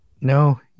no